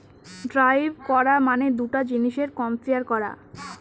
derive করা মানে দুটা জিনিসের কম্পেয়ার করা